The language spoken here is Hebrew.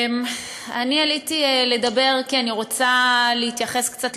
עליתי לדבר כי אני רוצה להתייחס קצת